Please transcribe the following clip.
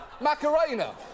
Macarena